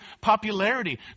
popularity